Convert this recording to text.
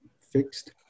fixed